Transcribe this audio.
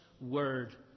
word